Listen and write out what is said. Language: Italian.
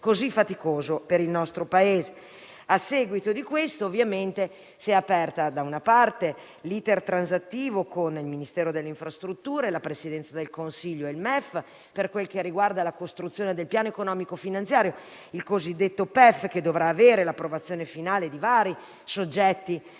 così faticoso per il nostro Paese. A seguito di questo, ovviamente, si è aperto da una parte l'*iter* transattivo con il Ministero delle infrastrutture, la Presidenza del Consiglio e il MEF, per quel che riguarda la costruzione del piano economico-finanziario (il cosiddetto PEF), che dovrà avere l'approvazione finale di vari soggetti